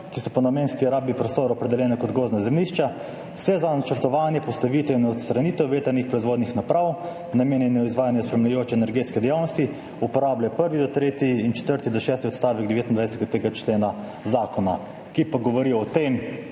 ki so po namenski rabi prostora opredeljeni kot gozdna zemljišča, se za načrtovanje, postavitev in odstranitev vetrnih proizvodnih naprav, namenjenih izvajanju spremljajoče energetske dejavnosti, uporabljajo prvi do tretji in četrti do šesti odstavek 29. člena tega zakona, ki pa govori o tem,